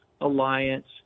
alliance